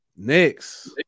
Next